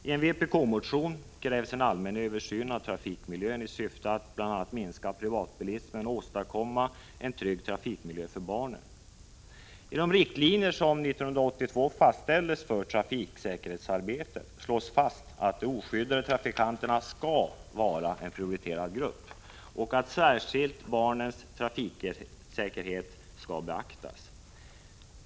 I de riktlinjer för trafiksäkerhetsarbetet som fastställdes 1982 slås fast att de oskyddade trafikanterna skall vara en prioriterad grupp och att särskilt barnens trafiksäkerhet skall beaktas.